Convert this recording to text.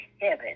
heaven